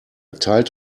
teilt